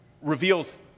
reveals